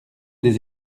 des